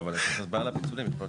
אבל נושא אחד שהעלה בישיבה הקודמת ראש